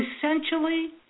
essentially